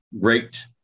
Great